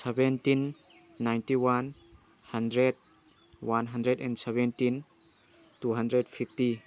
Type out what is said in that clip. seventeen ninety one hundred one hundred and seventeen two hundred fifty